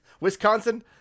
Wisconsin